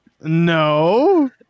No